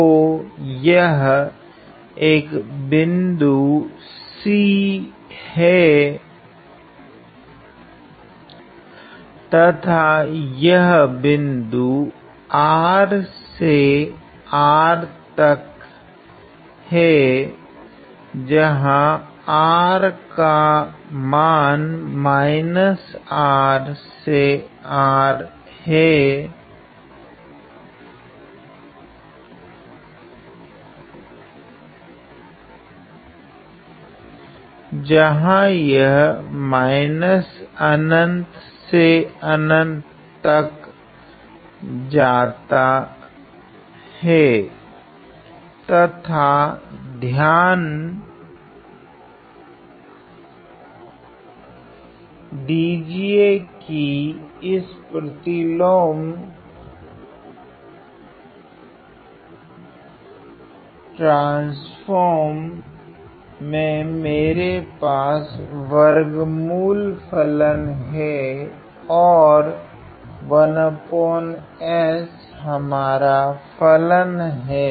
तो यह अक बिन्दु c है तथा यह बिन्दु R से R तक हैं जहां R का मान -R से R है जहां यह से तक जाता हैं तथा ध्यान दीजिए कि इस प्रतिलोम ट्रांसफोर्म मे मेरे पास वर्गमूल फलन हैं और हमारा फलन हैं